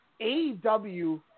AEW